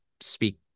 speak